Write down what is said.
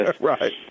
right